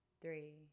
three